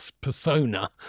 persona